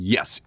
Yes